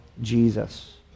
Jesus